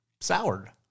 soured